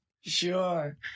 Sure